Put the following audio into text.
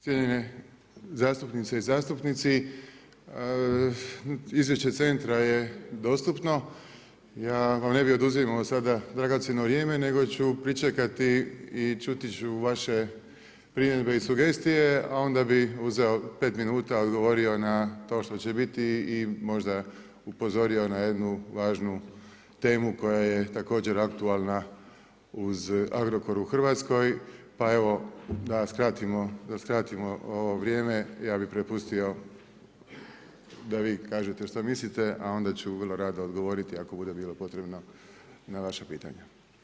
cijenjene zastupnice i zastupnici, izvješće centra je dostupno, ja vam ne bi oduzimao sada dragocjeno vrijeme nego ću pričekati i čuti ću vaše primjedbe i sugestije primjedbe i sugestije a onda bi uzeo, 5 minuta odgovorio na to što će biti i možda upozorio na jednu važnu temu koja je također aktualna uz Agrokor u Hrvatskoj, pa evo, da skratimo ovo vrijeme, ja bi prepustio da vi kažete što mislite, a onda ću vrlo rado odgovoriti ako bude bilo potrebno na vaše pitanje.